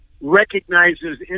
recognizes